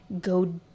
go